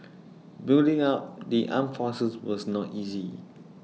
building up the armed forces was not easy